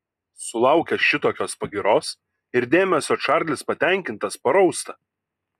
sulaukęs šitokios pagyros ir dėmesio čarlis patenkintas parausta